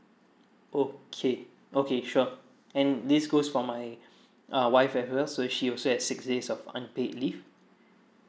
okay okay sure and this goes for my uh wife so she also has six days of unpaid leave